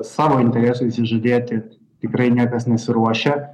savo interesų išsižadėti tikrai niekas nesiruošia